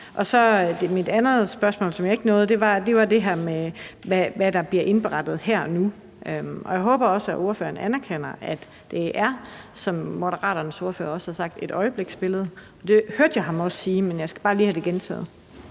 der mit andet spørgsmål, som jeg ikke nåede at stille. Det var det her med, hvad der bliver indberettet her og nu. Jeg håber også, at ordføreren anerkender, at det er, som Moderaternes ordfører også har sagt, et øjebliksbillede. Det hørte jeg ham også sige, men jeg skal bare lige have det gentaget.